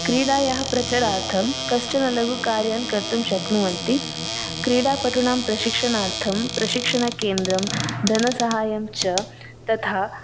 क्रीडायाः प्रचरार्थं कश्चन लघुकार्यं कर्तुं शक्नुवन्ति क्रीडापटूनां प्रशिक्षणार्थं प्रशिक्षणकेन्द्रं धनसहायं च तथा